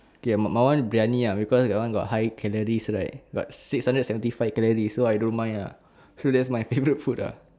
okay my my one biryani ah because that one got high calories right got six hundred seventy five calorie so I don't mind ah so that's my favourite food ah